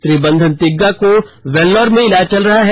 श्री बंधन तिग्गा का वोल्लोर में इलाज चल रहा है